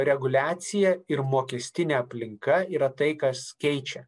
reguliacija ir mokestinė aplinka yra tai kas keičia